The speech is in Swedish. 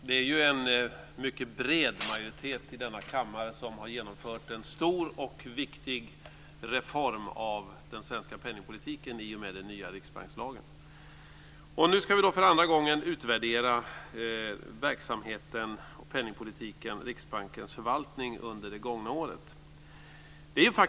Fru talman! En mycket bred majoritet i denna kammare har i och med den nya riksbankslagen genomfört en stor och viktig reform av den svenska penningpolitiken. Nu ska vi för andra gången utvärdera penningpolitiken och Riksbankens förvaltning under det gångna året.